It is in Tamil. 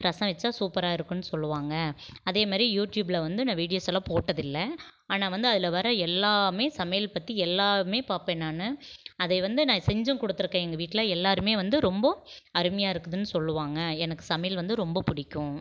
ரசம் வச்சால் சூப்பராக இருக்குன்னு சொல்லுவாங்க அதே மாதிரி யூடியூப்பில் வந்து நான் வீடியோஸ் எல்லாம் போட்டதில்லை ஆனால் வந்து அதில் வர எல்லாமே சமையல் பற்றி எல்லாமுமே பார்ப்பேன் நான் அதை வந்து நான் செஞ்சும் கொடுத்துருக்கேன் எங்கள் வீட்டில் எல்லாருமே வந்து ரொம்ப அருமையாக இருக்குதுன்னு சொல்லுவாங்க எனக்கு சமையல் வந்து ரொம்ப பிடிக்கும்